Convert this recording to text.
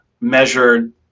measured